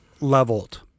leveled